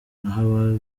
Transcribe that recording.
naho